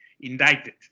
indicted